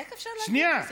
איך אפשר להגיד כזה דבר?